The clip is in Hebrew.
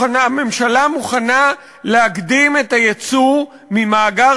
הממשלה מוכנה להקדים את הייצוא ממאגר